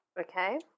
Okay